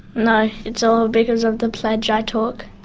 no, it's all because of the pledge i took.